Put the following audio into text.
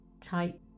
type